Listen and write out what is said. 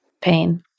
pain